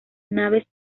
naves